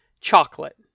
Chocolate